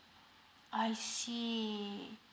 I see